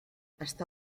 està